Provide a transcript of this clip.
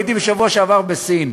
הייתי בשבוע שעבר בסין,